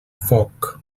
foc